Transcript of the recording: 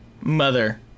mother